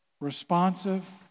Responsive